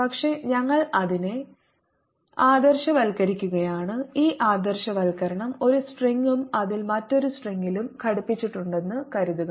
പക്ഷേ ഞങ്ങൾ അതിനെ ആദർശവൽക്കരിക്കുകയാണ് ഈ ആദർശവൽക്കരണം ഒരു സ്ട്രിംഗും അതിൽ മറ്റൊരു സ്ട്രിംഗും ഘടിപ്പിച്ചിട്ടുണ്ടെന്ന് കരുതുക